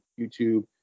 YouTube